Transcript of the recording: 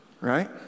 right